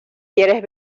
quieres